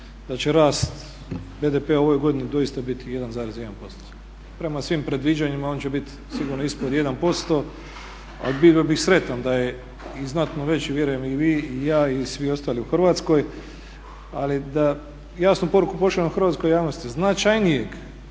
da će rast BDP-a u ovoj godini doista biti 1,1%. Prema svim predviđanjima on će biti sigurno ispod 1%, a bio bih sretan da je i znatno veći, vjerujem i vi, i ja i svi ostali u Hrvatskoj. Ali da jasnu poruku pošaljemo hrvatskoj javnosti, značajnijeg